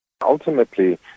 Ultimately